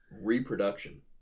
Reproduction